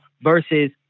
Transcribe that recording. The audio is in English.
versus